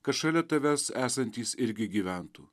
kad šalia tavęs esantys irgi gyventų